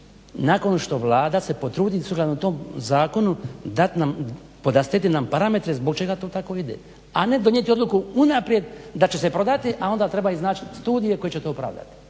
nakon što Vlada se potrudi sukladno tom Zakonu dat nam, podastrti nam parametre zbog čega to tako ide. A ne donijeti Odluku unaprijed da će se prodati, a onda treba i iznaći studije koji će to opravdati,